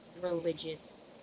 religious